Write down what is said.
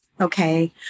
okay